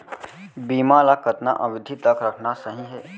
बीमा ल कतना अवधि तक रखना सही हे?